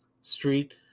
Street